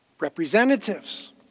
Representatives